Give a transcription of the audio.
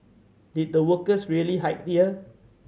did the workers really hide here